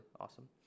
awesome